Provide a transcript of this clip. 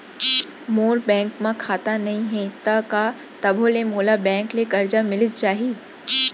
मोर bank म खाता नई हे त का तभो ले मोला बैंक ले करजा मिलिस जाही?